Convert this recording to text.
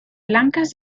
blancas